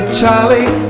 Charlie